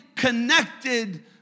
Connected